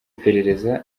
iperereza